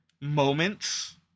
moments